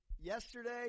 yesterday